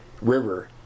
river